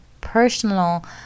personal